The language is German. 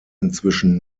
inzwischen